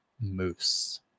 moose